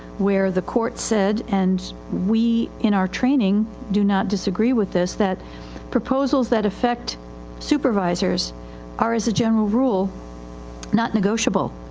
where the court said and we in our training do not disagree with this, that proposals that effect supervisors are as a general rule not negotiable.